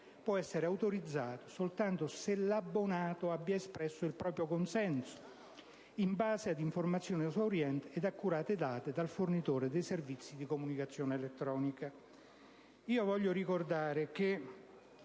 può essere autorizzato soltanto se l'abbonato abbia espresso il proprio consenso in base a informazioni esaurienti ed accurate date dal fornitore dei servizi di comunicazione elettronica».